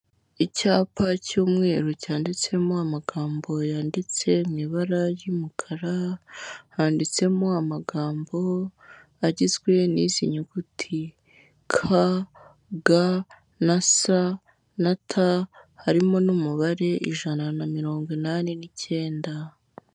Icyapa cy'umweru cyanditsemo amagambo yanditse mu ibara ry'umukara, handitsemo amagambo agizwe n'izi nyuguti k g s t harimo n'umubare ijana na mirongo inani n'icyenda.